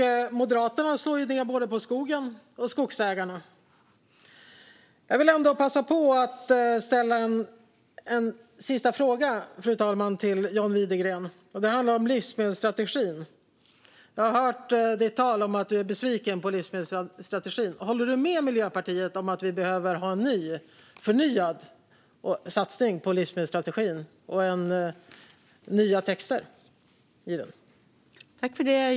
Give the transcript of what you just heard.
Moderaterna slår ju ned både på skogen och på skogsägarna. Jag vill ändå passa på att ställa en sista fråga till John Widegren, fru talman. Jag har hört talet om att han är besviken på livsmedelsstrategin. Håller han med Miljöpartiet om att vi behöver ha en förnyad satsning på livsmedelsstrategin och nya texter i den?